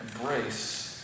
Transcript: embrace